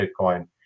Bitcoin